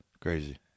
Crazy